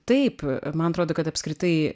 taip man atrodo kad apskritai